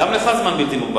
גם לך יש זמן בלתי מוגבל,